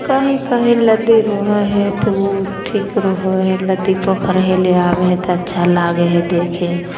कही कही नदी रहै हइ तऽ ओ ठीक रहै हइ नदी पोखरि हेलय आबै हइ तऽ अच्छा लागै हइ देखे